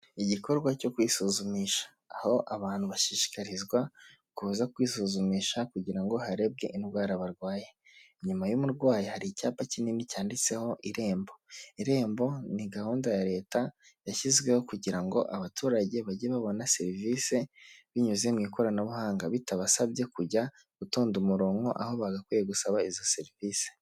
Igikorwa cyo kwisuzumisha, aho abantu bashishikarizwa kuza kwisuzumisha kugira ngo harebwe indwara barwaye. Inyuma y'umurwayi hari icyapa kinini cyanditseho irembo. Irembo ni gahunda ya Leta yashyizweho kugira ngo abaturage bajye babona serivise binyuze mu ikoranabuhanga bitabasabye kujya gutonda umurongo aho bagakwiye gusaba izo serivise.